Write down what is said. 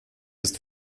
ist